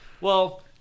Well-